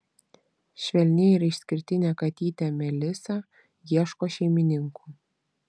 švelni ir išskirtinė katytė melisa ieško šeimininkų